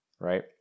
Right